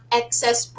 excess